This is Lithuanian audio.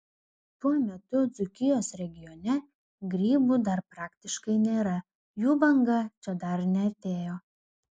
tuo metu dzūkijos regione grybų dar praktiškai nėra jų banga čia dar neatėjo